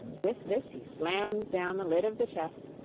with this he slammed down the lid of the chest,